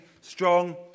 strong